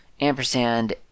Ampersand